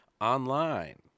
online